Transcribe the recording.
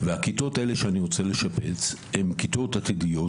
הכיתות שאני רוצה לשפץ הן כיתות עתידיות,